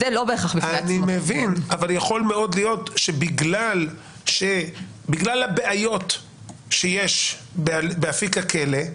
יכול מאוד להיות שבגלל הבעיות שיש באפיק הכלא,